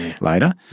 later